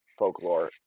folklore